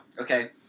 Okay